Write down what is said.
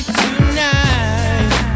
tonight